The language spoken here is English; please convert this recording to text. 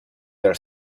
their